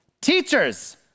Teachers